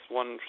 one